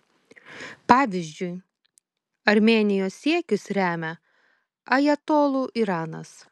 pavyzdžiui armėnijos siekius remia ajatolų iranas